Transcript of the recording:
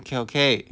okay okay